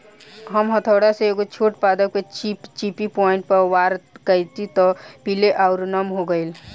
हम हथौड़ा से एगो छोट पादप के चिपचिपी पॉइंट पर वार कैनी त उ पीले आउर नम हो गईल